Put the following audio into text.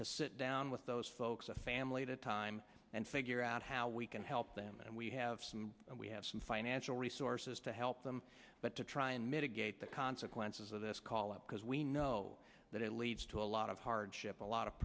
to sit down with those folks a family at a time and figure out how we can help them and we have some we have some financial resources to help them but to try and mitigate the consequences of this call up because we know that it leads to a lot of hardship a lot of